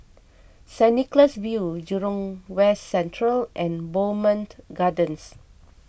Saint Nicholas View Jurong West Central and Bowmont Gardens